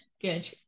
good